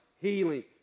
healing